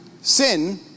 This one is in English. sin